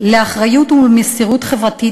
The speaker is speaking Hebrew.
לאחריות ולמסירות חברתית,